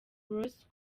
ross